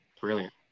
Brilliant